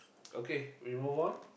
okay we move on